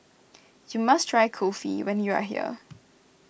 you must try Kulfi when you are here